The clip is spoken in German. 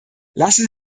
lassen